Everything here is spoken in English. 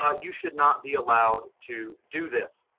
ah you should not be allowed to do this.